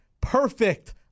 perfect